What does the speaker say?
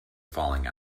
falling